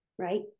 Right